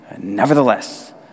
Nevertheless